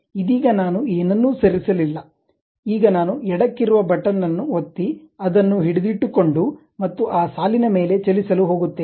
ಇದೀಗ ನಾನು ಏನನ್ನೂ ಸರಿಸಲಿಲ್ಲ ಈಗ ನಾನು ಎಡಕ್ಕಿರುವ ಬಟನ್ ಅನ್ನು ಒತ್ತಿ ಅದನ್ನು ಹಿಡಿದಿಟ್ಟುಕೊಂಡು ಮತ್ತು ಆ ಸಾಲಿನ ಮೇಲೆ ಚಲಿಸಲು ಹೋಗುತ್ತೇನೆ